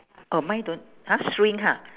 oh mine don't !huh! string ah